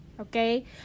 Okay